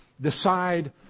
decide